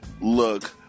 look